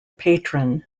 patron